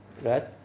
right